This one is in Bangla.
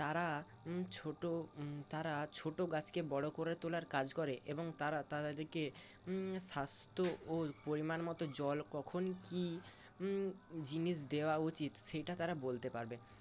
তারা ছোট তারা ছোট গাছকে বড় করে তোলার কাজ করে এবং তারা তাদেরকে স্বাস্থ্য ও পরিমাণ মতো জল কখন কী জিনিস দেওয়া উচিত সেটা তারা বলতে পারবে